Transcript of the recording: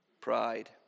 pride